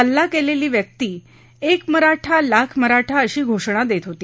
हल्ला केलेली व्यक्ती एक मराठा लाख मराठा अशी घोषणा देत होती